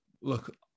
look